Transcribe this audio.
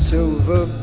Silver